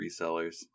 resellers